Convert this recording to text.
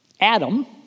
Adam